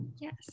Yes